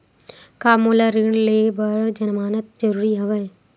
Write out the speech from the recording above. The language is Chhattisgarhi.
का मोला ऋण ले बर जमानत जरूरी हवय?